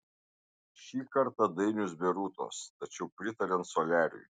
šį kartą dainius be rūtos tačiau pritariant soliariui